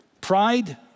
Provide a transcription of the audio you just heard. Pride